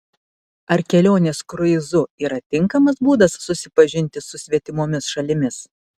ar kelionės kruizu yra tinkamas būdas susipažinti su svetimomis šalimis